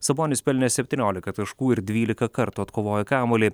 sabonis pelnė septyniolika taškų ir dvylika kartų atkovojo kamuolį